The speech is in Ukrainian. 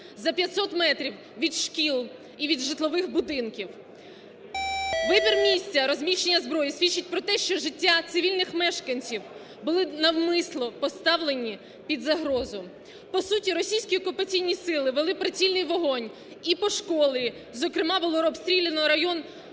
за 500 метрів від шкіл і від житлових будинків. Вибір місця розміщення зброї свідчить про те, що життя цивільних мешканців були навмисно поставлені під загрозу. По суті, російські окупаційні сили вели прицільний вогонь і по школі, зокрема було обстріляно район